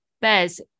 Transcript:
Bez